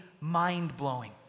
mind-blowing